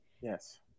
Yes